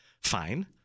Fine